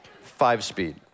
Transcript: five-speed